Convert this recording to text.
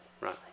right